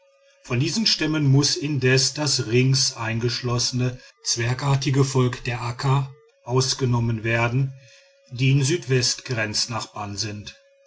von diesen stämmen muß indes das rings eingeschlossene zwergartige volk der akka ausgenommen werden die in südwest grenznachbarn sind